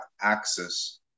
access